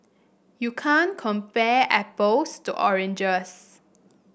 you can't compare apples to oranges